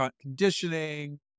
conditioning